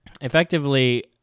Effectively